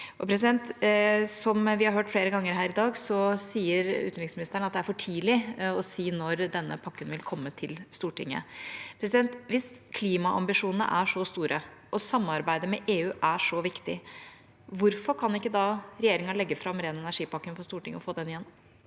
Som vi har hørt flere ganger her i dag, sier utenriksministeren at det er for tidlig å si når denne pakka vil komme til Stortinget. Hvis klimaambisjonene er så store, og samarbeidet med EU er så viktig, hvorfor kan ikke da regjeringa legge fram ren energi-pakka for Stortinget og få den igjennom?